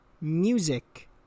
music